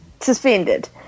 Suspended